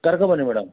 ಕರ್ಕೊ ಬನ್ನಿ ಮೇಡಮ್